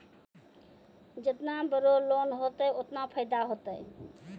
जेतना बड़ो लोन होतए ओतना फैदा होतए